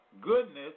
goodness